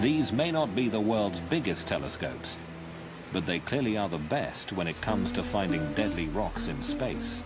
these may not be the world's biggest telescopes but they clearly are the best when it comes to finding deadly rocks in space